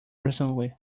recently